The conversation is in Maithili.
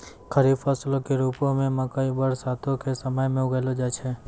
खरीफ फसलो के रुपो मे मकइ बरसातो के समय मे उगैलो जाय छै